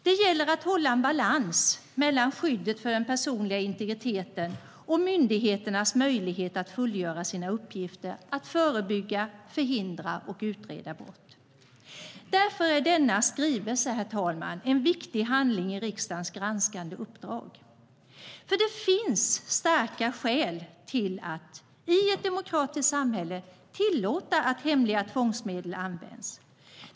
Det gäller att hålla en balans mellan skyddet för den personliga integriteten och myndigheternas möjlighet att fullgöra sina uppgifter att förebygga, förhindra och utreda brott. Därför är denna skrivelse, herr talman, en viktig handling i riksdagens granskande uppdrag. Det finns starka skäl till att i ett demokratiskt samhälle tillåta att hemliga tvångsmedel används.